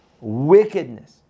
Wickedness